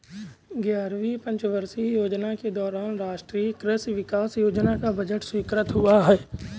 ग्यारहवीं पंचवर्षीय योजना के दौरान राष्ट्रीय कृषि विकास योजना का बजट स्वीकृत हुआ